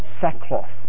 sackcloth